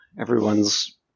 Everyone's